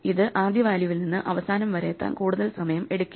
ഇത് ആദ്യ വാല്യൂവിൽ നിന്ന് അവസാനം വരെ എത്താൻ കൂടുതൽ സമയം എടുക്കില്ല